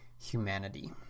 humanity